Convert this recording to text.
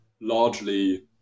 largely